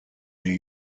new